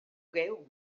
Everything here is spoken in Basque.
geu